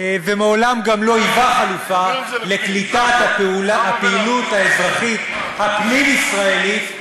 ומעולם גם לא היווה חלופה לקליטת הפעילות האזרחית הפנים-ישראלית,